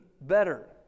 better